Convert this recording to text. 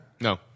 No